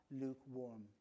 lukewarm